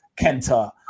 Kenta